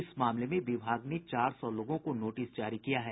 इस मामले में विभाग ने चार सौ लोगों को नोटिस जारी किया है